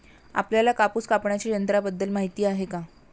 आपल्याला कापूस कापण्याच्या यंत्राबद्दल माहीती आहे का?